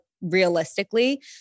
realistically